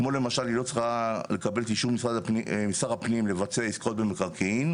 כמו למשל שהיא לא צריכה לקבל אישור משר הפנים לבצע עסקאות במקרקעין.